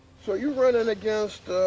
so, you're running against, ah.